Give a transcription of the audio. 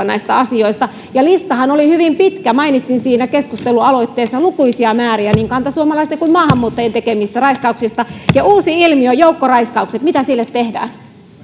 näistä asioista listahan oli hyvin pitkä mainitsin siinä keskustelualoitteessa lukuisia määriä niin kantasuomalaisten kuin maahanmuuttajien tekemistä raiskauksista ja uusi ilmiö joukkoraiskaukset mitä sille tehdään